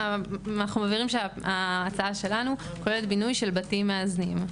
- אנחנו מבהירים שההצעה שלנו כוללת בינוי של בתים מאזנים.